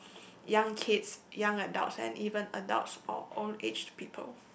young kids young adults and even adults or all age people